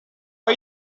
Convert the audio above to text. are